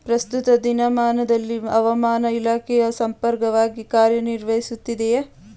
ಪ್ರಸ್ತುತ ದಿನಮಾನದಲ್ಲಿ ಹವಾಮಾನ ಇಲಾಖೆಯು ಸಮರ್ಪಕವಾಗಿ ಕಾರ್ಯ ನಿರ್ವಹಿಸುತ್ತಿದೆಯೇ?